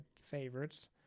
favorites